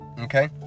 Okay